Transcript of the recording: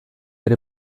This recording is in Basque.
ere